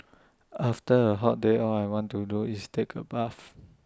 after A hot day all I want to do is take A bath